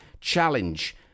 Challenge